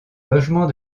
logement